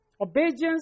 Obedience